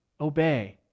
obey